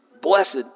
Blessed